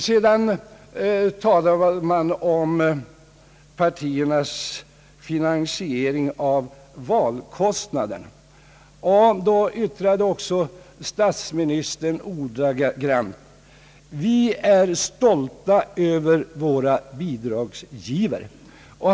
Sedan talade man om partiernas finansiering av valkostnaderna, och statsministern yttrade ordagrant: Vi är stolta över våra bidragsgivare.